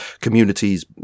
communities